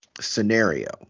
scenario